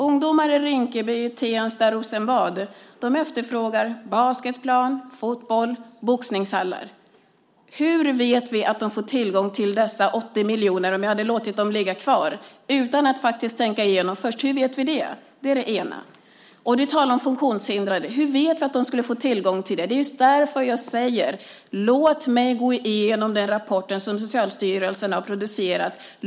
Ungdomar i Rinkeby, Tensta och Rosengård efterfrågar basketplan, fotbollsplan och boxningshallar. Hur vet vi att de hade fått tillgång till dessa 80 miljoner om jag låtit dem ligga kvar utan att först tänka igenom hur vi ska få veta det? Ni talar om funktionshindrade. Hur vet vi att de skulle få tillgång till pengarna? Det är just därför jag säger detta: Låt mig gå igenom den rapport som Socialstyrelsen har producerat.